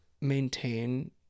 maintain